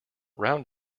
round